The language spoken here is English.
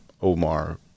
Omar